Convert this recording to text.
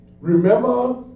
Remember